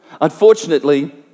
Unfortunately